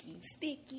Sticky